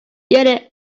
yelling